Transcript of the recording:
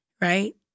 right